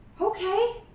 Okay